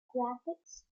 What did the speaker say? graphics